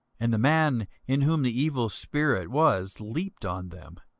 and the man in whom the evil spirit was leaped on them,